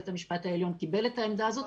בית המשפט העליון קיבל את העמדה הזאת,